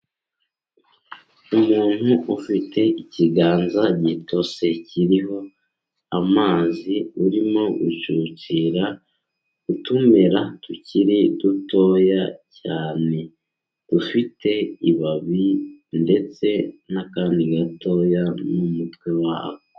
Umuntu ufite ikiganza gitose, kiriho amazi, urimo gucucira utumera tukiri dutoya cyane, dufite ibabi, ndetse n'akantu gatoya n'umutwe wako.